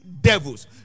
devils